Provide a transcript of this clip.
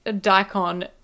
daikon